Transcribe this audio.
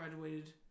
graduated